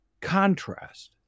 contrast